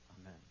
amen